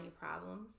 problems